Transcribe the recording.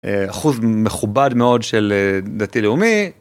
אחוז מכובד מאוד של דתי-לאומי.